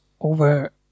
over